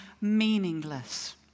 meaningless